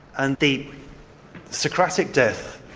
and the socratic death